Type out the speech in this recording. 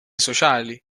sociali